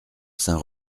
saint